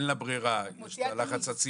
אין לה את הברירה, יש את הלחץ הציבורי.